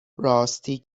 راستی